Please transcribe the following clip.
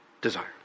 desire